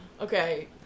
Okay